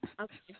Okay